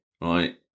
right